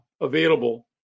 available